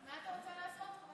מה אתה רוצה לעשות?